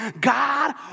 God